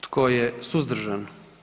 Tko je suzdržan?